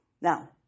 now